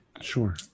Sure